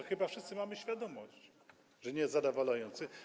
Chyba wszyscy mamy świadomość tego, że nie jest zadowalający.